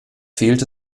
fehlt